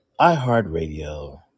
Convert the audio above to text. iHeartRadio